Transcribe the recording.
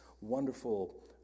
wonderful